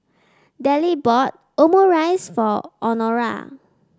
Dellie bought Omurice for Honora